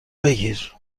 بگیر